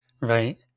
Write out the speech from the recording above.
Right